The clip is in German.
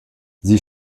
sie